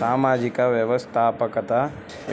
సామాజిక వ్యవస్థాపకత